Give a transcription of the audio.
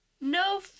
No